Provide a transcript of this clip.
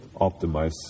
optimize